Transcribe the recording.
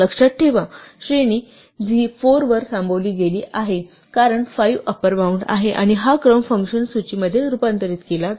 लक्षात ठेवा श्रेणी 4 वर थांबवली गेली कारण 5 अपर बॉउंड आहे आणि हा क्रम फंक्शन सूचीमध्ये रूपांतरित केला जाईल